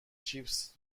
چیپس